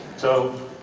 so,